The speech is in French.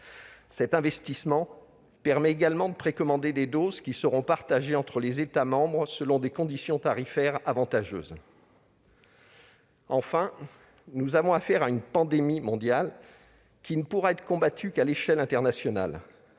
Cet investissement permet également de précommander des doses qui seront partagées entre les États membres selon des conditions tarifaires avantageuses. Enfin, nous avons affaire à une pandémie ; elle ne pourra donc être combattue qu'à l'échelle internationale.